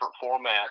format